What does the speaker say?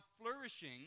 flourishing